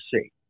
see